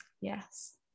Yes